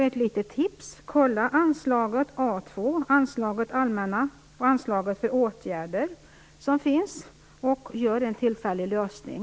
Ett litet tips: titta på anslaget A 2, anslaget för allmänna åtgärder, och gör en tillfällig lösning.